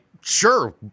sure